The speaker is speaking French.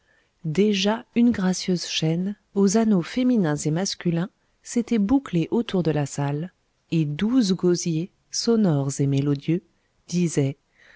déjà une gracieuse chaîne aux anneaux féminins et masculins s'était bouclée autour de la salle et douze gosiers sonores et mélodieux disaient